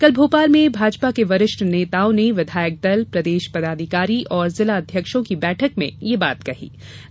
कल भोपाल में भाजपा के वरिष्ठ नेताओं ने विधायक दल प्रदेश पदाधिकारी और जिला अध्यक्षों की बैठक में ये बात कही गई